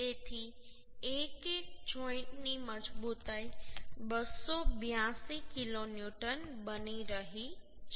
તેથી 1 1 સાથે જોઈન્ટ ની મજબૂતાઈ 282 કિલોન્યુટન બની રહી છે